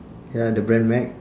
ya the brand mac